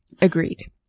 agreed